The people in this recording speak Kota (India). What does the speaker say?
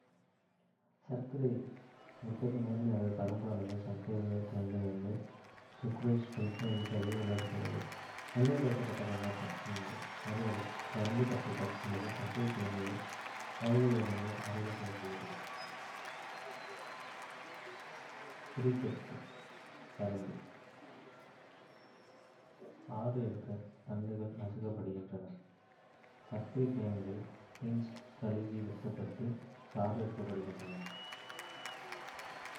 சர்க்கரை உற்பத்தி முதன்மையாக கரும்பு அல்லது சர்க்கரைவள்ளிக்கிழங்கிலிருந்து சுக்ரோஸைப் பிரித்தெடுப்பதை உள்ளடக்குகிறது. எளிமைப்படுத்தப்பட்ட கண்ணோட்டம் இங்கே. அறுவடை கரும்புத் தண்டுகள் அல்லது சர்க்கரைவள்ளிக்கிழங்கு வயல்களில் இருந்து அறுவடை செய்யப்படுகிறது. பிரித்தெடுத்தல். கரும்பு சாறு எடுக்க தண்டுகள் நசுக்கப்படுகின்றன. சர்க்கரைவள்ளிக்கிழங்கு: பீட்ரூட் கழுவி வெட்டப்பட்டு, சாறு எடுக்கப்படுகிறது.